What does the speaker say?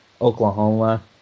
Oklahoma